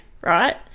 right